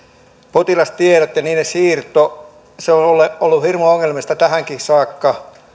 potilastiedot ja niiden siirto on ollut hirmu ongelmallista tähänkin saakka